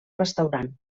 restaurant